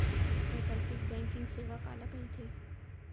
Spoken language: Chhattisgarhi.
वैकल्पिक बैंकिंग सेवा काला कहिथे?